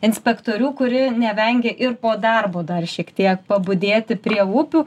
inspektorių kurie nevengia ir po darbo dar šiek tiek pabudėti prie upių